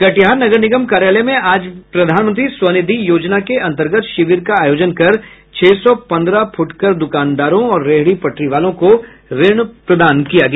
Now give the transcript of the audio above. कटिहार नगर निगम कार्यालय में आज प्रधानमंत्री स्वनिधि योजना के अंतर्गत शिविर का आयोजन कर छह सौ पंद्रह फुटकर दुकानदारों और रेहड़ी पटरी वालों को ऋण प्रदान किया गया